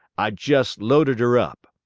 i jest loaded her up.